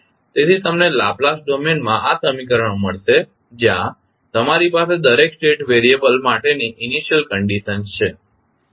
તેથી તમને Laplace domain માં આ સમીકરણો મળશે જ્યાં તમારી પાસે દરેક સ્ટેટ વેરીયબલ માટેની ઇનિશિયલ કંડિશન છે